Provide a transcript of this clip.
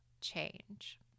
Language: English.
change